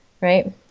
Right